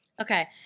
Okay